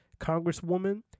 congresswoman